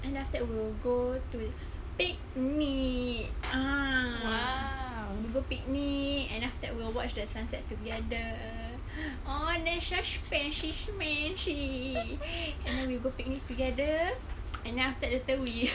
and then after that we'll go to picnic ah we go pick me and after that we'll watch that sunset together oh that's so and then we will go picnic together and then after that later we